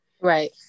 right